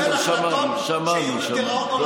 טוב, בסדר, שמענו, שמענו.